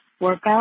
workout